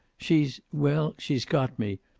she's well, she's got me!